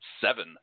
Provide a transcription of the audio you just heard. seven